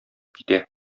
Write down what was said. китә